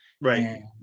Right